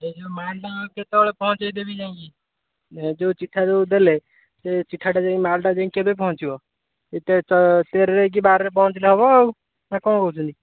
ଏଇ ଯେଉଁ ମାଲ୍ଟା କେତେବେଳେ ପହଞ୍ଚେଇ ଦେବି ଯାଇଁକି ଯୋଉ ଚିଠା ଯେଉଁ ଦେଲେ ସେଇ ଚିଠାଟା ଯାଇଁକି ମାଲ୍ଟା ଯାଇଁକି କେବେ ପହଞ୍ଚିବ ଏଟା ତେର ଯାଇକି ବାରରେ ପହଞ୍ଚିଲେ ହେବ ଆଉ ନା କ'ଣ କହୁଛନ୍ତି